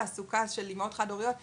הגענו לגשר וזו ברכה גדולה באמת,